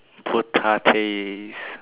potatoes